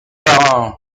parrain